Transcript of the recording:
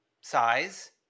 size